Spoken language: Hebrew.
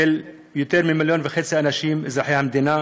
יותר מ-1.5 מיליון אנשים אזרחי המדינה,